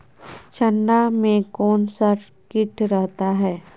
चना में कौन सा किट रहता है?